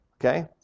Okay